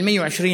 בלאומיות שלך,